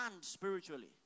spiritually